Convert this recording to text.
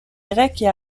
grecques